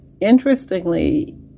interestingly